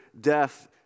death